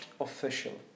official